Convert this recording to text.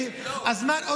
כי הזמן,